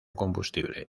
combustible